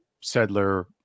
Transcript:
settler-